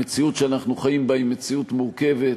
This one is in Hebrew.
המציאות שאנחנו חיים בה היא מציאות מורכבת,